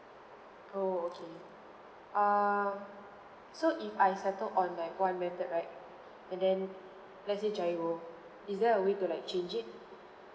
oh okay err so if I settled on like one method right and then let's say GIRO is there a way to like change it